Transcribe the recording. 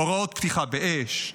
הוראות פתיחה באש,